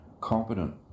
competent